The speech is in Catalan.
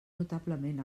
notablement